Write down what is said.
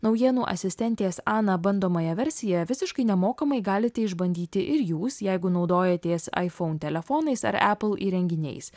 naujienų asistentės ana bandomąją versiją visiškai nemokamai galite išbandyti ir jūs jeigu naudojatės iphone telefonais ar apple įrenginiais